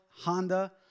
Honda